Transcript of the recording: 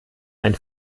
ein